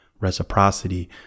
Reciprocity